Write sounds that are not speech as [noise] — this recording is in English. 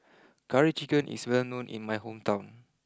[noise] Curry Chicken is well known in my hometown